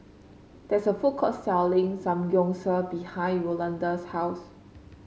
there is a food court selling Samgeyopsal behind Rolanda's house